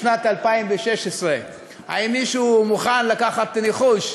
בשנת 2016. האם מישהו מוכן לקחת ניחוש?